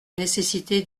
nécessité